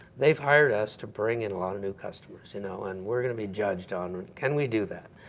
they've hired us to bring in a lot of new customers. you know and we're going to be judged on can we do that?